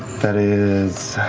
that is,